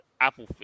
Apple